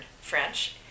French